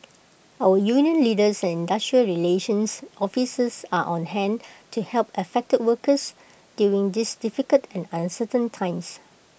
our union leaders and industrial relations officers are on hand to help affected workers during these difficult and uncertain times